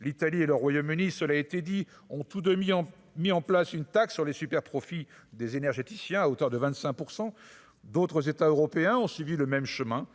l'Italie et le Royaume-Uni, cela a été dit-on, tous 2 mis en mis en place une taxe sur les superprofits des énergéticiens à hauteur de 25 % d'autres États européens ont suivi le même chemin,